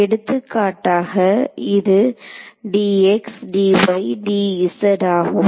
எடுத்துக்காட்டாக இது dx dy dz ஆகும்